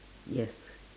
yes